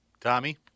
Tommy